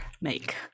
make